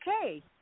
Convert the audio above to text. okay